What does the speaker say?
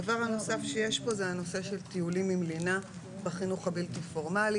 הדבר הנוסף שיש פה זה הנושא של טיולים עם לינה בחינוך הבלתי פורמלי.